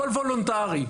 הכל וולונטרי.